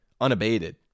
unabated